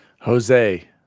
Jose